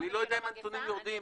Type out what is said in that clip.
אני לא יודע אם הנתונים יורדים,